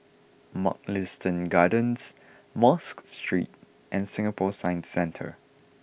Mugliston Gardens Mosque Street and Singapore Science Centre